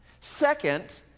Second